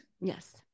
Yes